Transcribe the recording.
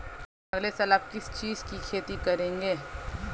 अगले साल आप किस चीज की खेती करेंगे?